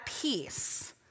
peace